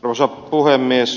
arvoisa puhemies